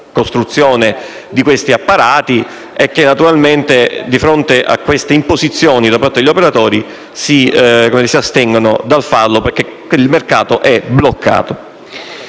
costruzione di questi apparati e che naturalmente, di fronte a queste imposizioni da parte degli operatori, si astengono dal farlo perché il mercato è bloccato.